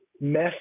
mess